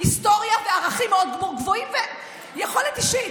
היסטוריה וערכים מאוד גבוהים ויכולת אישית.